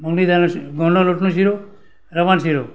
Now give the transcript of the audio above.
મગની દાળનો ઘઉંના લોટનો શીરો રવાનો શીરો